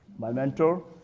my mentor.